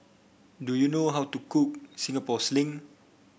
do you know how to cook Singapore Sling